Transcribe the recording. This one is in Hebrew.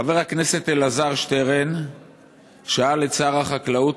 חבר הכנסת אלעזר שטרן שאל את שר החקלאות